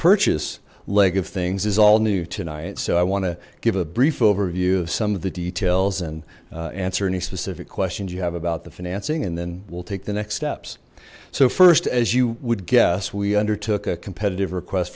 purchase leg of things is all new tonight so i want to give a brief overview of some of the details and answer any specific questions you have about the financing and then we'll take the next steps so first as you would guess we undertook a competitive request